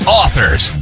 authors